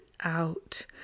out